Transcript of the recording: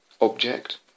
object